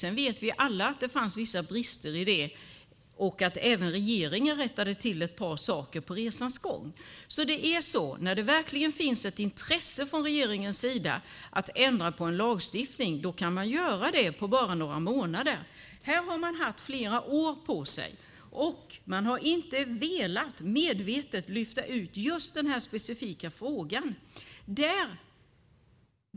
Sedan vet vi alla att det fanns vissa brister i det och även att regeringen rättade till ett par saker under resans gång. När det verkligen finns ett intresse från regeringens sida av att ändra en lagstiftning kan man alltså göra det på bara några månader. Här har man haft flera år på sig, och man har medvetet inte velat lyfta ut just den här frågan.